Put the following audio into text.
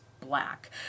black